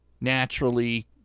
naturally